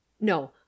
no